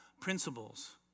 principles